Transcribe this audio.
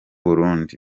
burundi